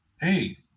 Hey